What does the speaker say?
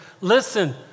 Listen